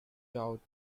doubt